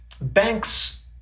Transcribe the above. banks